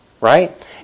right